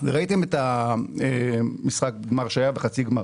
וראיתם את משחק גמר שהיה וחצי גמר.